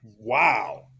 wow